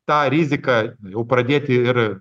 tą riziką jau pradėti ir